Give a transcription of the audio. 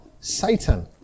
Satan